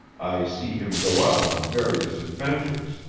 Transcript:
i see him go out on various adventures.